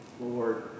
Lord